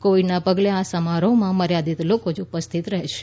કોવિડના પગલે આ સમારહોમાં મર્યાદિત લોકો જ ઉપસ્થિત રહેશે